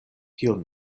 kion